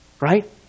Right